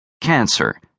Cancer